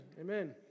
amen